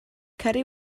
ceri